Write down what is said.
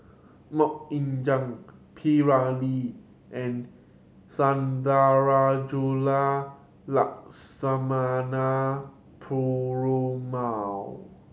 Mok Ying Jang P Ramlee and Sundarajulu Lakshmana Perumal